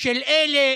של אלה